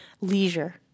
leisure